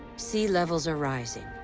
sea levels are rising.